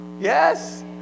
Yes